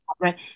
Right